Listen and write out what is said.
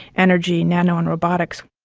energy, nano and robotics.